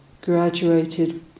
graduated